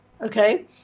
okay